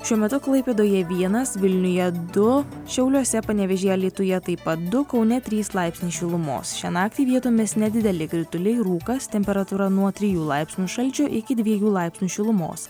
šiuo metu klaipėdoje vienas vilniuje du šiauliuose panevėžyje alytuje taip pat du kaune trys laipsniai šilumos šią naktį vietomis nedideli krituliai rūkas temperatūra nuo trijų laipsnių šalčio iki dviejų laipsnių šilumos